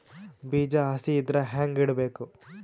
ಬೀಜ ಹಸಿ ಇದ್ರ ಹ್ಯಾಂಗ್ ಇಡಬೇಕು?